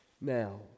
Now